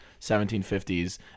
1750s